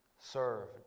serve